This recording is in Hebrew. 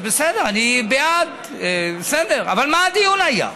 זה בסדר, אני בעד, בסדר, אבל על מה היה הדיון?